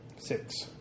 Six